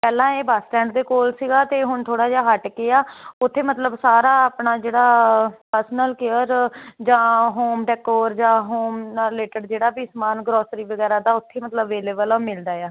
ਪਹਿਲਾਂ ਇਹ bus stand ਦੇ ਕੋਲ ਸੀਗਾ ਤੇ ਹੁਣ ਥੋੜਾ ਜਿਹਾ ਹੱਟ ਕੇ ਆ ਉਥੇ ਮਤਲਬ ਸਾਰਾ ਆਪਣਾ ਜਿਹੜਾ ਪਰਸਨਲ ਕੇਅਰ ਜਾਂ ਹੋਮ ਡੈਕੋਰ ਜਾਂ ਹੋਮ ਨਾਲ ਰਿਲੇਟਡ ਜਿਹੜਾ ਵੀ ਸਮਾਨ ਗਰੋਸਰੀ ਵਗੈਰਾ ਦਾ ਉੱਥੇ ਮਤਲਬ ਅਵੇਲੇਬਲ ਆ ਉਹ ਮਿਲਦਾ ਆ